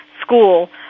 school